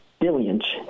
billions